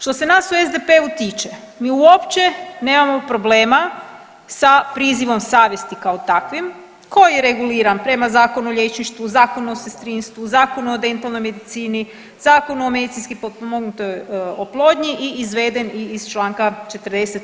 Što se nas u SDP-u tiče mi uopće nemamo problema sa prizivom savjesti kao takvim koji je reguliran prema Zakonu o liječništvu, Zakonu o sestrinstvu, Zakonu o dentalnoj medicini, Zakonu o medicinski potpomognutnoj oplodnji i izveden i iz Članka 40.